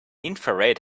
infrared